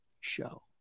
show